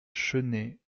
chenée